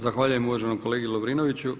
Zahvaljujem uvaženom kolegi Lovrinoviću.